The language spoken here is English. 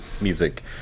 music